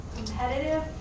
Competitive